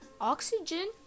oxygen